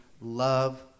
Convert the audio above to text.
love